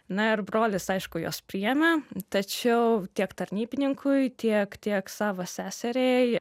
na ir brolis aišku juos priėmė tačiau tiek tarnybininkui tiek tiek savo seseriai